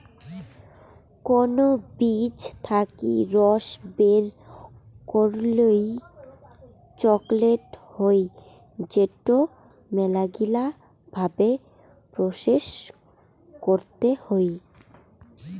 cocoa বীজ থাকি রস বের করই চকলেট হই যেটোকে মেলাগিলা ভাবে প্রসেস করতে হই